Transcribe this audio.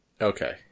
Okay